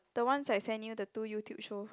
the ones I send you the two YouTube show